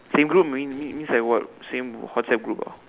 same group mean mean means like what same WhatsApp group ah